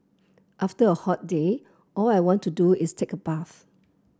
after a hot day all I want to do is take a bath